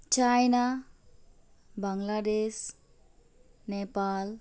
China Bangladesh Nepal